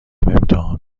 امتحان